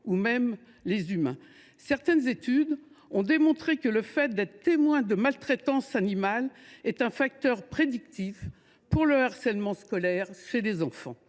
ou même les humains. Des études ont ainsi démontré que « le fait d’être témoin de maltraitance animale est un facteur prédictif […] pour […] le harcèlement scolaire chez les enfants